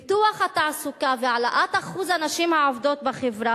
פיתוח התעסוקה והעלאת אחוז הנשים העובדות בחברה